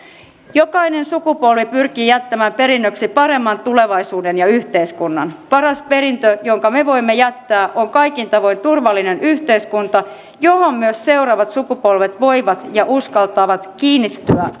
jokainen sukupolvi pyrkii jättämään perinnöksi paremman tulevaisuuden ja yhteiskunnan paras perintö jonka me voimme jättää on kaikin tavoin turvallinen yhteiskunta johon myös seuraavat sukupolvet voivat ja uskaltavat kiinnittyä